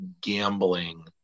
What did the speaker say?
gambling